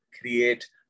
create